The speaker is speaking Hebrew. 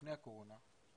לפני הקורונה,